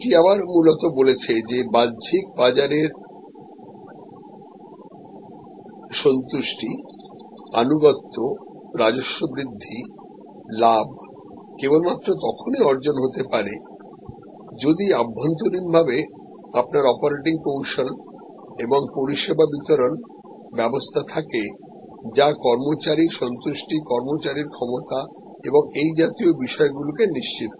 এটি আবার মূলত বলেছে যে বাহ্যিক বাজারের সন্তুষ্টি আনুগত্য রাজস্ব বৃদ্ধি লাভ কেবলমাত্র তখনই অর্জন হতে পারে যদি অভ্যন্তরীণভাবে আপনার অপারেটিং কৌশল এবং পরিষেবা বিতরণ ব্যবস্থা থাকে যা কর্মচারীর সন্তুষ্টি কর্মচারীর ক্ষমতা এবং এই জাতীয় বিষয়গুলিকে নিশ্চিত করে